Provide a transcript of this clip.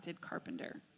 carpenter